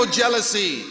jealousy